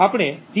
આપણે T0